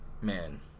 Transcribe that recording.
man